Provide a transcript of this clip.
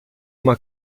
uma